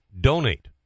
donate